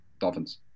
Dolphins